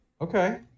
Okay